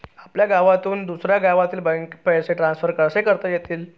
आपल्या गावातून दुसऱ्या गावातील बँकेत पैसे ट्रान्सफर कसे करता येतील?